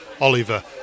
Oliver